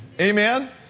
Amen